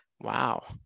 Wow